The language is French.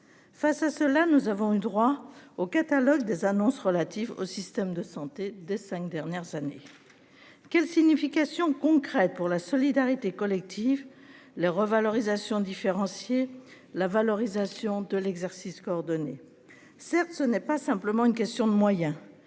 Face à cela, nous avons eu droit au catalogue des annonces relatives au système de santé des 5 dernières années. Quelle signification concrète pour la solidarité collective les revalorisations différencier la valorisation de l'exercice coordonné. Certes, ce n'est pas simplement une question de moyens